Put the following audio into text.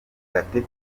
gatete